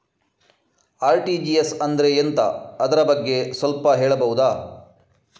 RTGS ಅಂದ್ರೆ ಎಂತ ಅದರ ಬಗ್ಗೆ ಸ್ವಲ್ಪ ಹೇಳಬಹುದ?